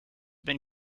been